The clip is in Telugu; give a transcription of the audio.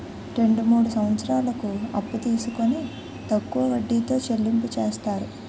రెండు మూడు సంవత్సరాలకు అప్పు తీసుకొని తక్కువ వడ్డీతో చెల్లింపు చేస్తారు